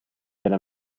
della